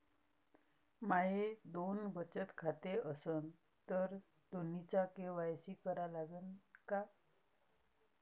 माये दोन बचत खाते असन तर दोन्हीचा के.वाय.सी करा लागन का?